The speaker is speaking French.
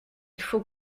faut